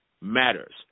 matters